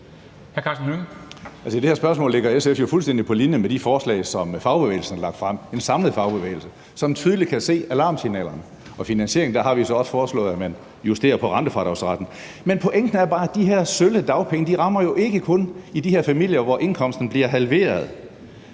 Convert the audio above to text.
I det her spørgsmål ligger SF jo fuldstændig på linje med de forslag, som en samlet fagbevægelse, der tydeligt kan se alarmsignalerne, har lagt frem, og med hensyn til finansieringen har vi så også foreslået, at man justerer på rentefradragsretten. Men pointen er bare, at de her sølle dagpenge jo ikke kun rammer i de her familier, hvor indkomsten bliver halveret.